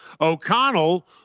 O'Connell